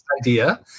idea